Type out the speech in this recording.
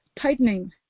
tightening